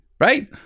Right